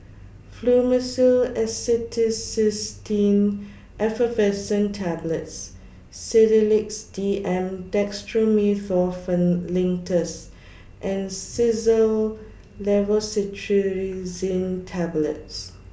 Fluimucil Acetylcysteine Effervescent Tablets Sedilix D M Dextromethorphan Linctus and Xyzal Levocetirizine Tablets